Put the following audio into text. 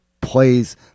plays